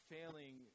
failing